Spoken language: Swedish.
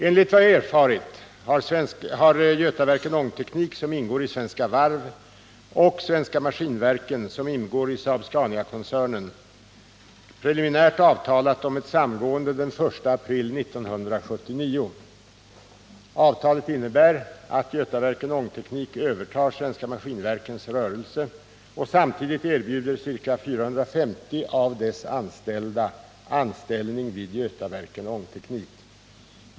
Enligt vad jag erfarit har Götaverken Ångteknik, som ingår i Svenska Varv AB, och Svenska Maskinverken, som ingår i Saab-Scaniakoncernen, preliminärt avtalat om ett samgående den 1 april 1979. Avtalet innebär att Götaverken Ångteknik övertar Svenska Maskinverkens rörelse och samtidigt erbjuder ca 450 av dess anställda anställning vid Götaverken Ångteknik.